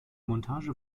montage